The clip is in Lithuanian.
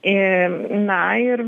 ir na ir